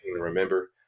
remember